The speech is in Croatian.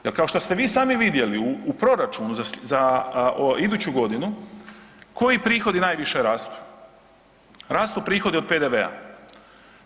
Jel kao što ste vi sami vidjeli u proračunu za iduću godinu koji prihodi najviše radu, rastu prihodi od PDV-a.